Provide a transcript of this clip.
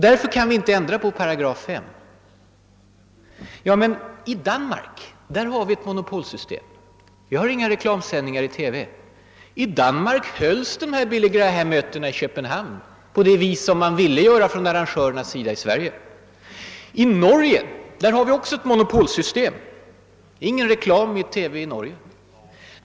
Därför kan vi inte ändra på 8 5. Men i Danmark har vi ett monopolsystem och där förekommer inga reklamsändningar i TV. Där följdes dessa Billy Grahammöten i Köpenhamn på det sätt som arrangörerna i Sverige ville göra. I Norge har vi också ett monopolsystem, och det är ingen reklam i TV i Norge.